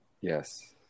Yes